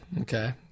Okay